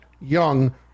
young